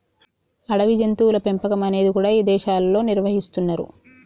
అడవి జంతువుల పెంపకం అనేది కూడా ఇదేశాల్లో నిర్వహిస్తున్నరు